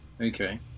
Okay